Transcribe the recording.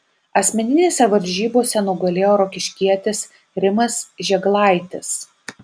asmeninėse varžybose nugalėjo rokiškietis rimas žėglaitis